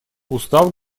устав